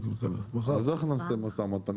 אז איך נעשה משא ומתן?